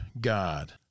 God